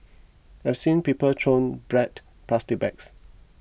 I've seen people throw bread plastic bags